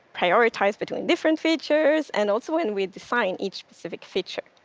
prioritize between different features, and also when we design each specific feature.